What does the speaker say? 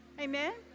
Amen